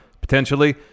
Potentially